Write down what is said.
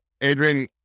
adrian